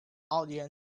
audience